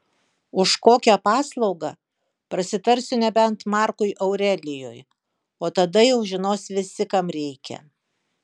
už kokią paslaugą prasitarsiu nebent markui aurelijui o tada jau žinos visi kam reikia